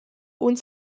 uns